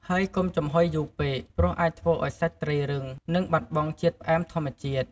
ហើយកុំចំហុយយូរពេក ព្រោះ អាចធ្វើឲ្យសាច់ត្រីរឹង និងបាត់បង់ជាតិផ្អែមធម្មជាតិ។